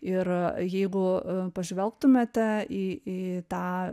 ir jeigu pažvelgtumėte į į tą